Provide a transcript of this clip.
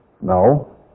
No